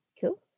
Cool